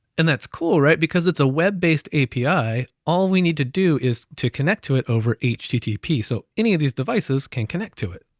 and that's cool, right? because it's a web based api, all we need to do is to connect to it over http. so any of these devices can connect to it.